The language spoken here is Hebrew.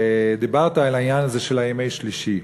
ודיברת על העניין הזה של ימי שלישי.